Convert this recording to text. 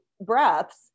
breaths